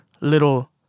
little